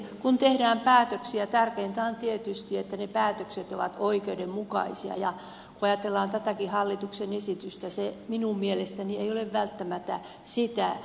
kun tehdään päätöksiä tärkeintä on tietysti että ne päätökset ovat oikeudenmukaisia ja kun ajatellaan tätäkin hallituksen esitystä se minun mielestäni ei ole välttämättä sitä